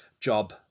job